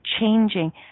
changing